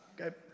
okay